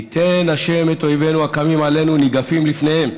ייתן השם את אויבינו הקמים עלינו ניגפים לפניהם.